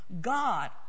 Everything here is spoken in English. God